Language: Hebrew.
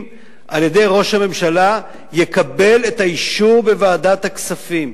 על-ידי ראש הממשלה יקבל את האישור בוועדת הכספים.